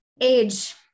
age